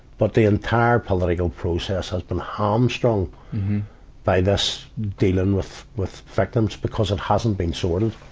but the entire political process has been hamstrung by this, dealing with, with victims because it hasn't been sorted.